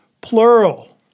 plural